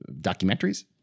documentaries